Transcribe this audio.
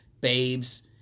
babes